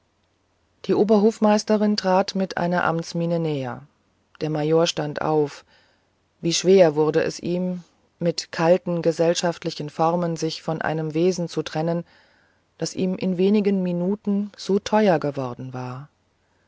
die oberhofmeisterin trat mit einer amtsmiene näher der major stand auf wie schwer wurde es ihm mit kalten gesellschaftlichen formen sich von einem wesen zu trennen das ihm in wenigen minuten so teuer geworden war